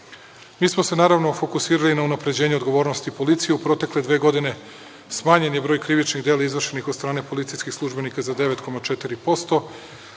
smo se, naravno, fokusirali na unapređenje odgovornosti policije u protekle dve godine. Smanjen je broj krivičnih dela izvršenih od strane policijskih službenika za 9,4%.